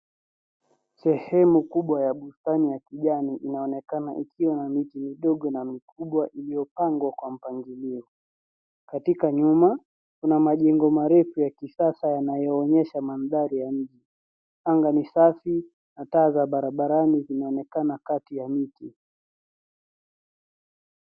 Sehemu kubwa ya bustani ya kijani inaonekana ikiwa na miti midogo na mikubwa iliyopangwa kwa mpangilio. Katika nyuma kuna majengo marefu ya kisasa yanayoonyesha mandhari ya mji. Anga ni safi na taa za barabarani zinaonekana kati ya miti.